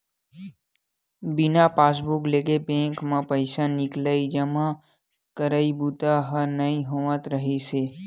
बिना पासबूक लेगे बेंक म पइसा निकलई, जमा करई बूता ह नइ होवत रिहिस हे